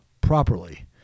properly